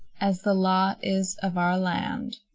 as the law is of our land.